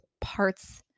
parts